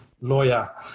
lawyer